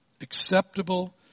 acceptable